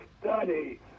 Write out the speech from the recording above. study